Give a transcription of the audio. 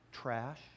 trash